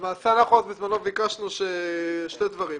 למעשה בזמנו ביקשנו שני דברים.